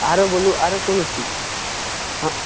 आरो बोलू आरो कोनो चीज हँ